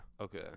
Okay